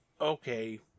Okay